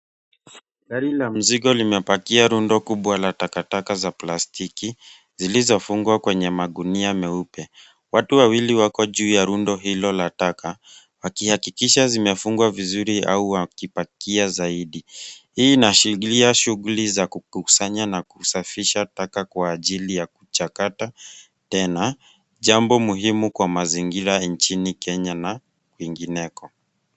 Gari la mzigo limepakia rundo kubwa la takataka za plastiki zilizofungwa kwenye magunia meupe. Watu wawili wako juu ya rundo hilo la taka wakihakikisha zimefungwa vizuri au wakipakia zaidi. Hii inaashira shughuli za kukusanya na kusafisha taka kwa ajili ya kuchakata tena. Jambo muhimu kwa mazingira nchini Kenye na kwingineko.